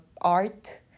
art